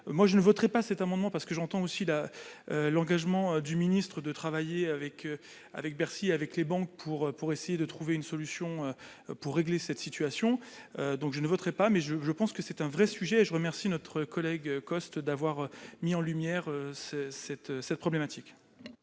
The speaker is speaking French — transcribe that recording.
moi je ne voterai pas cet amendement parce que j'entends aussi la l'engagement du ministre, de travailler avec avec Bercy avec les banques pour pour essayer de trouver une solution pour régler cette situation donc je ne voterai pas mais je, je pense que c'est un vrai sujet et je remercie notre collègue cost d'avoir mis en lumière cette cette